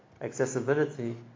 accessibility